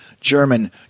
German